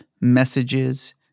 messages